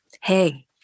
Hey